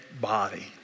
body